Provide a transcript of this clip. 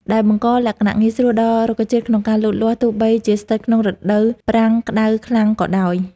ដែលបង្កលក្ខណៈងាយស្រួលដល់រុក្ខជាតិក្នុងការលូតលាស់ទោះបីជាស្ថិតក្នុងរដូវប្រាំងក្ដៅខ្លាំងក៏ដោយ។